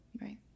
Right